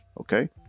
okay